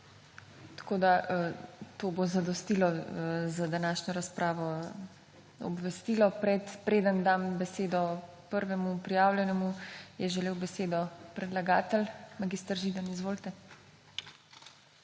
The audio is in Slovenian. zbora. To bo zadostilo za današnjo razpravo. Obvestilo. Preden dam besedo prvemu prijavljenemu, je želel besedo predlagatelj. Mag. Židan, izvolite.